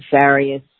various